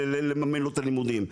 לממן לו את הלימודים,